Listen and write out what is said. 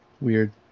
weird